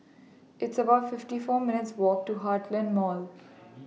It's about fifty four minutes' Walk to Heartland Mall